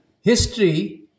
History